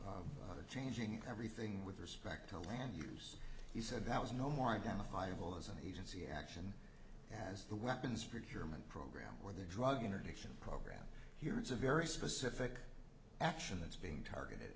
changing everything with respect to land use he said that was no more identifiable as an agency action as the weapons for german program or the drug interdiction program here it's a very specific action that's being targeted